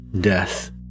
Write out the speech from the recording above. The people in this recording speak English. death